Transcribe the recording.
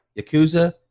Yakuza